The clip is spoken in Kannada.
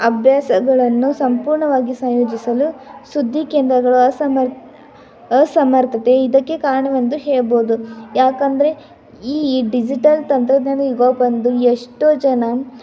ಅಭ್ಯಾಸಗಳನ್ನು ಸಂಪೂರ್ಣವಾಗಿ ಸಂಯೋಜಿಸಲು ಸುದ್ದಿ ಕೇಂದ್ರಗಳು ಅಸಮರ್ ಅಸಮರ್ಥತೆ ಇದಕ್ಕೆ ಕಾರಣವೆಂದು ಹೇಳ್ಬೋದು ಯಾಕಂದರೆ ಈ ಡಿಜಿಟಲ್ ತಂತ್ರಜ್ಞಾನ ಯುಗ ಬಂದು ಎಷ್ಟೋ ಜನ